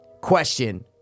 Question